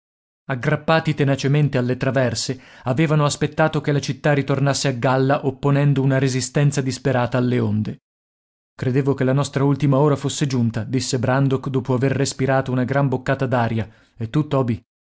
aggrappati tenacemente alle traverse avevano aspettato che la città ritornasse a galla opponendo una resistenza disperata alle onde credevo che la nostra ultima ora fosse giunta disse brandok dopo aver respirata una gran boccata d'aria e tu toby